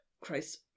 Christ